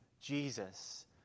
Jesus